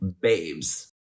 babes